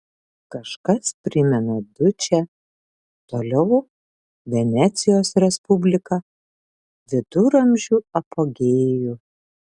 kažkas primena dučę toliau venecijos respubliką viduramžių apogėjų